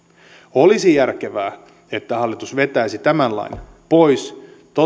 olisi järkevää että hallitus vetäisi tämän lain pois